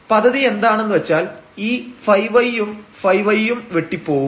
പദ്ധതി എന്താണെന്ന് വെച്ചാൽ ഈ ϕy യും ϕy യും വെട്ടിപോവും